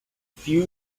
few